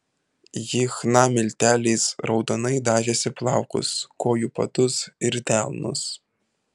ji chna milteliais raudonai dažėsi plaukus kojų padus ir delnus